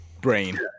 brain